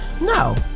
No